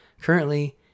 Currently